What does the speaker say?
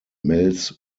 males